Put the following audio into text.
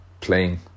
playing